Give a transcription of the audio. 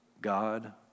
God